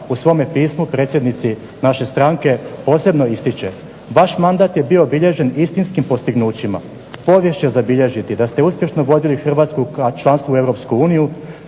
u svome pismu predsjednici naše stranke posebno ističe vaš mandat je bio obilježen istinskim postignućima povijest će zabilježiti da ste uspješno vodili Hrvatsku ka članstvu u